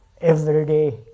everyday